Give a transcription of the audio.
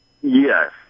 yes